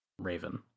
raven